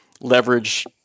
leverage